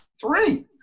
Three